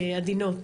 עדינות.